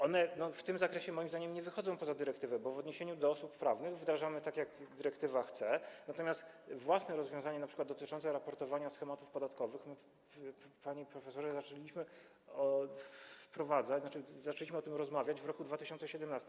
One w tym zakresie moim zdaniem nie wychodzą poza dyrektywę, bo w odniesieniu do osób prawnych wdrażamy tak, jak dyrektywa chce, natomiast własne rozwiązania, np. dotyczące raportowania schematów podatkowych, panie profesorze, zaczęliśmy wprowadzać, tzn. zaczęliśmy o tym rozmawiać w roku 2017.